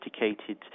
sophisticated